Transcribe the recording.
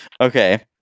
Okay